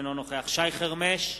אינו נוכח שי חרמש,